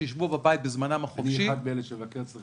שישבו בבית בזמנם החופשי -- אני אחד מאלה שמבקר אצלכם